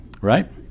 right